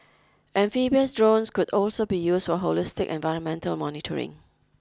amphibious drones could also be used for holistic environmental monitoring